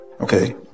Okay